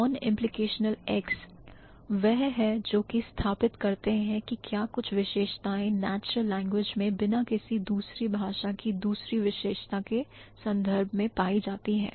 Non implicational X वह है जो की स्थापित करते हैं की क्या कुछ विशेषताएं natural language में बिना किसी दूसरी भाषा की दूसरी विशेषता के संदर्भ मैं पाई जाती हैं